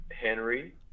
Henry